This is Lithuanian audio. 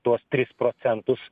tuos tris procentus